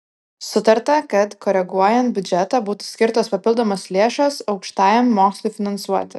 sutarta kad koreguojant biudžetą būtų skirtos papildomos lėšos aukštajam mokslui finansuoti